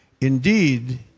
indeed